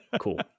cool